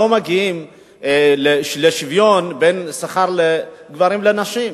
מגיעים לשוויון בשכר בין גברים ונשים?